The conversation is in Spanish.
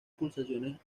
pulsaciones